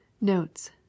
Notes